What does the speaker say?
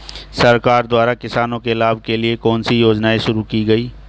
सरकार द्वारा किसानों के लाभ के लिए कौन सी योजनाएँ शुरू की गईं?